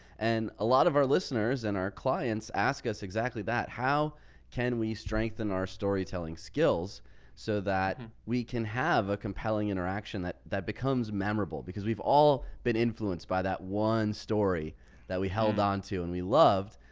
and a lot of our listeners and our clients ask us exactly that. how can we strengthen our storytelling skills so that we can have a compelling interaction, that that becomes memorable? because we've all been influenced by that. one story that we held onto and we loved,